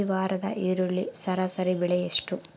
ಈ ವಾರದ ಈರುಳ್ಳಿ ಸರಾಸರಿ ಬೆಲೆ ಎಷ್ಟು?